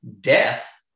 death